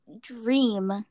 dream